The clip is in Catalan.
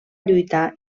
lluitar